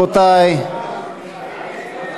הצעת חוק קירוב לבבות במערכת החינוך,